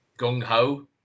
gung-ho